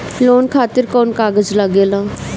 Loan खातिर कौन कागज लागेला?